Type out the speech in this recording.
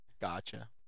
Gotcha